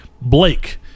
blake